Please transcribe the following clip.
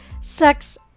sex